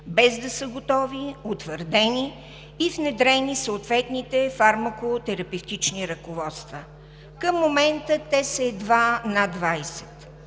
те да са готови, утвърдени и внедрени в съответните фармакотерапевтични ръководства. Към момента те са едва над 20.